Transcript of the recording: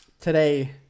Today